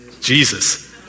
Jesus